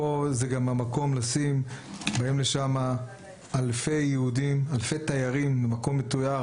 באים לשם אלפי יהודים ותיירים, זה מקום מתייר.